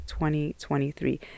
2023